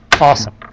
Awesome